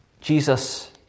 Jesus